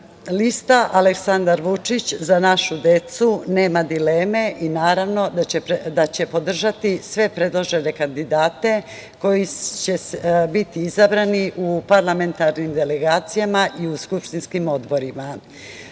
lista Aleksandar Vučić – Za našu decu nema dileme i naravno da će podržati sve predložene kandidate, koji će biti izabrani u parlamentarnim delegacijama i skupštinskim odborima.